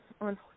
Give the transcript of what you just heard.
on